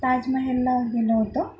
ताजमहलला गेलो होतो